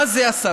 מה זה עשה,